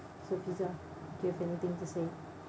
so fizah do you have anything to say